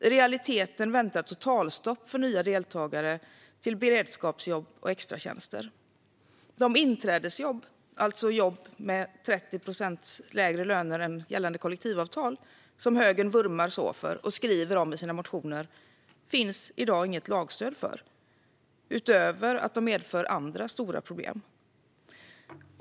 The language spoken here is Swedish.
I realiteten väntar totalstopp för nya deltagare till beredskapsjobb och extratjänster. De inträdesjobb, alltså jobb med 30 procents lägre löner än enligt gällande kollektivavtal, som högern vurmar så för och skriver om i sina motioner, finns det i dag inget lagstöd för utöver att de medför andra stora problem.